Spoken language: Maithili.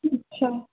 अच्छा